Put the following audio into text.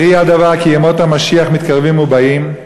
ברי הדבר כי ימות המשיח מתקרבים ובאים,